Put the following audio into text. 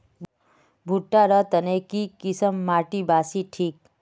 भुट्टा र तने की किसम माटी बासी ठिक?